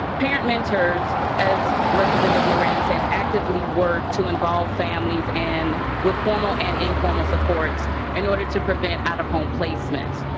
parent mentors as representative moran said actively work to involve families and with formal and and informal supports in order to prevent out of home placement.